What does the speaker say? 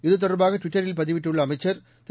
இது தொடர்பாகட்விட்டரில் பதிவிட்டுள்ளஅமைச்சர் திரு